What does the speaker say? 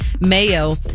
mayo